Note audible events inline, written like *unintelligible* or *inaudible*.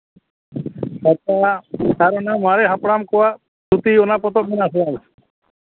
*unintelligible* ᱟᱨ ᱚᱱᱟ ᱢᱟᱨᱮ ᱦᱟᱯᱲᱟᱢ ᱠᱚᱣᱟᱜ ᱯᱩᱛᱷᱤ ᱚᱱᱟ ᱯᱚᱛᱚᱵ ᱢᱮᱱᱟᱜᱼᱟ ᱥᱮ ᱵᱟᱝ *unintelligible*